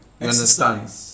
understand